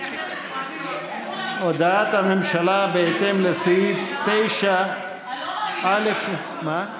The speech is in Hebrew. הודעת הממשלה בהתאם לסעיף 9(א) מה?